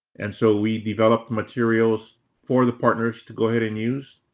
and so we developed materials for the partners to go ahead and use